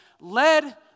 led